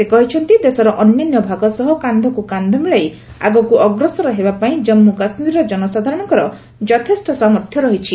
ସେ କହିଛନ୍ତି ଦେଶର ଅନ୍ୟାନ୍ୟ ଭାଗ ସହ କାନ୍ଧକୁ କାନ୍ଧ ମିଳାଇ ଆଗକୁ ଅଗ୍ରସର ହେବା ପାଇଁ ଜାନ୍ଷୁ କାଶ୍ମୀରର ଜନସାଧାରଣଙ୍କର ଯଥେଷ୍ଟ ସାମର୍ଥ୍ୟ ରହିଛି